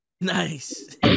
Nice